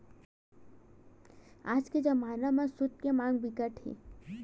आज के जमाना म सूत के मांग बिकट हे